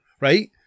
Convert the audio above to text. right